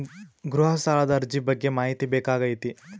ಗೃಹ ಸಾಲದ ಅರ್ಜಿ ಬಗ್ಗೆ ಮಾಹಿತಿ ಬೇಕಾಗೈತಿ?